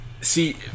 see